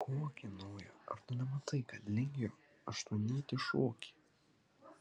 kokį naują ar tu nematai kad lingio aštuonnytį šoki